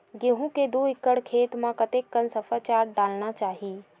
गेहूं के दू एकड़ खेती म कतेकन सफाचट डालना चाहि?